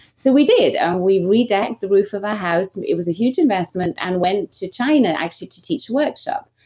so we did and we re-decked the roof of our house. it was a huge investment and went to china actually to teach workshop.